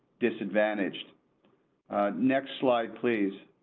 disadvantaged next slide please.